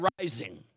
rising